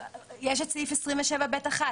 יש את סעיף 27ב1,